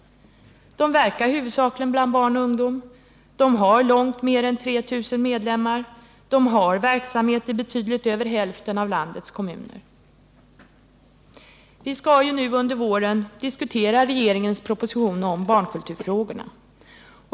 De verkar huvudsakligen bland barn och ungdom, de har långt mer än 3 000 medlemmar, de har verksamhet i betydligt över hälften av landets kommuner. Vi skall ju under våren diskutera regeringens proposition om barnkulturfrågorna.